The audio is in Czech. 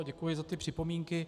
Děkuji za ty připomínky.